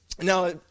Now